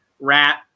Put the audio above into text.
rat